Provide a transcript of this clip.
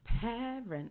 Parents